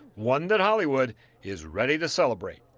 one that hollywood is really to celebrate.